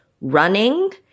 running